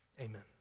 Amen